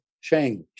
change